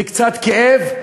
זה קצת כאב,